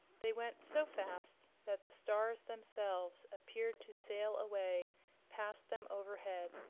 they went so fast that the stars themselves appeared to sail away past them overhead,